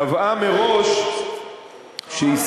קבעה מראש שישראל,